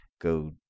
go